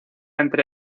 entre